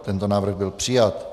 Tento návrh byl přijat.